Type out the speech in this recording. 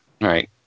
right